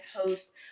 host